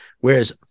Whereas